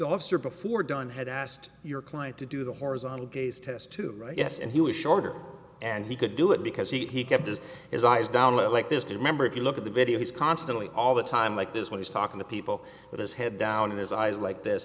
officer before done had asked your client to do the horizontal gaze test too right yes and he was shorter and he could do it because he kept his his eyes down like this do remember if you look at the video he's constantly all the time like this when he's talking to people with his head down and his eyes like th